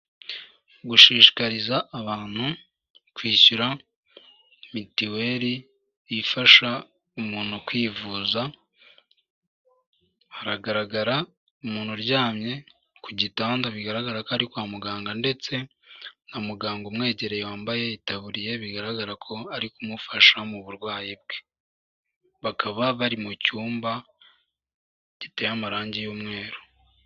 Gushishikariza abantu kwishyura mitiweri ifasha umuntu kwivuza haragaragara umuntu uryamye ku gitanda bigaragara ko ari kwa muganga ndetse na muganga umwegereye wambaye itaburiye bigaragara ko ari kumufasha mu burwayi bwe bakaba bari mu cyumba giteye amarangi y'umweru.